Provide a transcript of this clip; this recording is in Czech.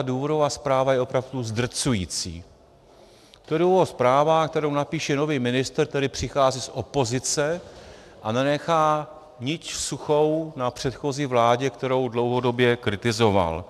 Důvodová zpráva je opravdu zdrcující, důvodová zpráva, kterou napíše nový ministr, který přichází z opozice a nenechá nit suchou na předchozí vládě, kterou dlouhodobě kritizoval.